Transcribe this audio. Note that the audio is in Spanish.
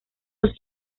los